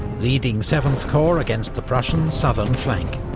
leading seventh corps against the prussian southern flank.